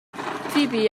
فیبی